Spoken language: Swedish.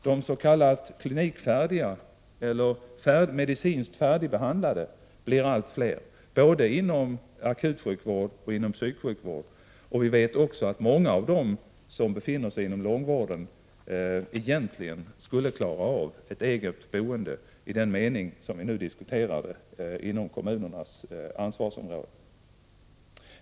De s.k. klinikfärdiga eller medicinskt färdigbehandlade blir allt fler både inom akutsjukvården och psyksjukvården. Vi vet också att många av dem som befinner sig inom långvården egentligen skulle klara av ett eget boende sådant som vi nu diskuterar det, inom kommunernas ansvarsområde.